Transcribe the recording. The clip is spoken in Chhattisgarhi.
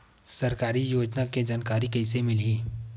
सरकारी योजना के जानकारी कइसे मिलही?